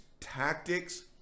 tactics